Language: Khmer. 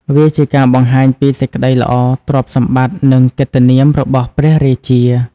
វាជាការបង្ហាញពីសេចក្តីល្អ ទ្រព្យសម្បត្តិ និងកិត្តិនាមរបស់ព្រះរាជា។